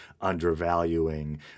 undervaluing